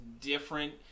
different